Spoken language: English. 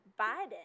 Biden